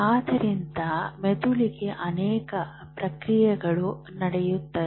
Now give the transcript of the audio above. ಆದ್ದರಿಂದ ಮೆದುಳಿಗೆ ಅನೇಕ ಪ್ರಕ್ರಿಯೆಗಳು ನಡೆಯುತ್ತವೆ